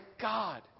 God